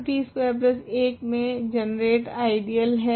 तो t square 1 से generate ideal है